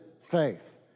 faith